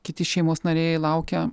kiti šeimos nariai laukia